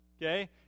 Okay